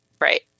right